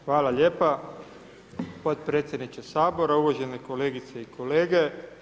Hvala lijepo potpredsjedniče Sabora, uvažene kolegice i kolege.